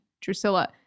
Drusilla